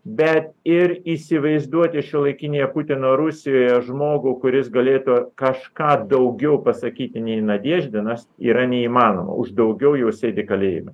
bet ir įsivaizduoti šiuolaikinėje putino rusijoje žmogų kuris galėtų kažką daugiau pasakyti nei nadeždinas yra neįmanoma už daugiau jau sėdi kalėjime